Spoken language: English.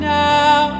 now